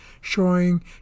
showing